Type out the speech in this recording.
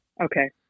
Okay